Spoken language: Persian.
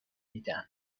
میدن